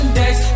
days